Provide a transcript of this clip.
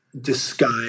disguise